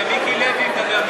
זה מיקי לוי מדבר מגרונך.